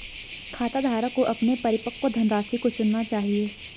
खाताधारक को अपने परिपक्व धनराशि को चुनना चाहिए